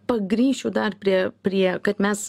pagrįšiu dar prie prie kad mes